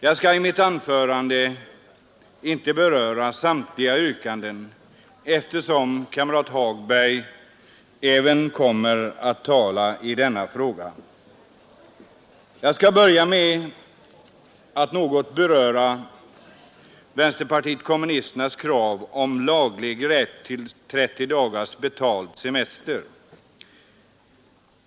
Jag skall i mitt anförande inte beröra samtliga yrkanden, eftersom även kamrat Hagberg kommer att tala i denna fråga. Jag skall börja med att något beröra vänsterpartiet kommunisternas krav på laglig rätt till 30 dagars betald semester.